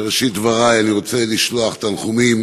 בראשית דברי אני רוצה לשלוח תנחומים